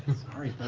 sorry,